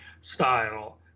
style